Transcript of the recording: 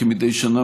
כמדי שנה,